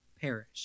perish